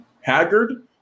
Haggard